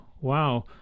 wow